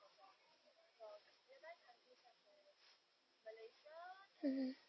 mmhmm